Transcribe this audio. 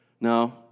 No